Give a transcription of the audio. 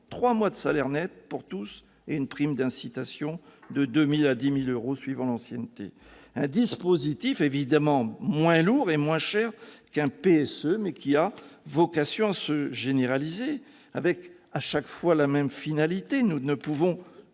mois de salaire net pour tous et une prime d'incitation de 2 000 euros à 10 000 euros suivant l'ancienneté ; bref, un dispositif évidemment moins lourd et moins cher qu'un plan de sauvegarde de l'emploi, mais qui a vocation à se généraliser, avec à chaque fois la même finalité- nous ne pouvons